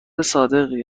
صادقی